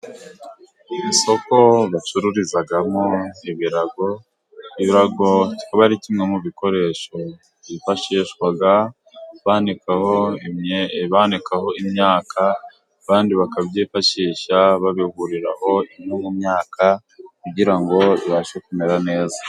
Isoko bacururizamo ibirago. Ibirago bikaba ari kimwe mu bikoresho byifashishwa banikaho, banikaho imyaka, kandi bakabyifashisha babihuriraho imwe mu myaka kugira ngo ibashe kumera neza.